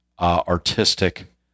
artistic